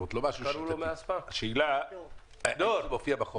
לא משהו שיטתי, השאלה היא אם זה מופיע בחוק.